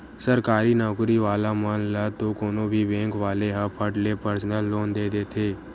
सरकारी नउकरी वाला मन ल तो कोनो भी बेंक वाले ह फट ले परसनल लोन दे देथे